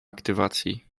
aktywacji